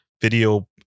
video